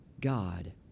God